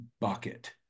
bucket